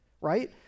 right